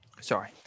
Sorry